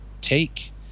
take